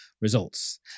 results